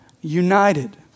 united